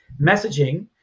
messaging